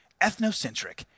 ethnocentric